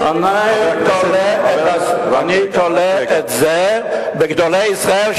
אני תולה את זה בגדולי ישראל,